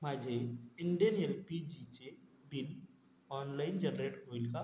माझे Indane L P जीचे bill online generate होईल का